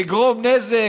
לגרום נזק.